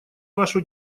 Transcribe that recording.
вашу